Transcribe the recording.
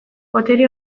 botere